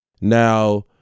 now